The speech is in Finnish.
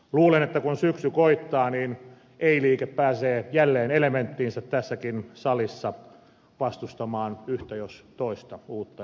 luulen että kun syksy koittaa niin ei liike pääsee jälleen elementtiinsä tässäkin salissa vastustamaan yhtä jos toista uutta esitystä